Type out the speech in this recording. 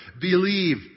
Believe